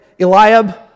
Eliab